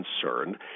concerned